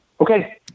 Okay